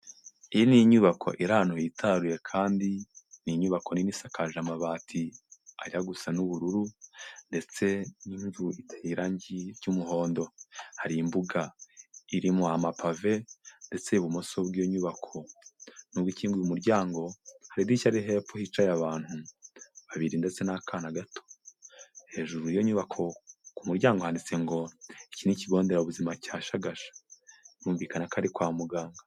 Iyi ni inyubako iri ahantu hitaruye kandi ni inyubako nini isakaje amabati ajya gusa n'ubururu ndetse n'inzu iteye irangi ry'umuhondo, hari imbuga irimo ama pave ndetse ibumoso bw'iyo nyubako nubwo igukinga umuryango hari idirishya hepfo hicaye abantu babiri ndetse n'akana gato, hejuru y'iyo nyubako ku muryango handitse ngo, iki ni kigo nderabuzima cya Shagasha, birumvikana ko ari kwa muganga.